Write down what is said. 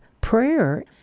prayer